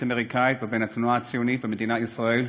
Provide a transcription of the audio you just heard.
האמריקנית ובין התנועה הציונית ומדינת ישראל.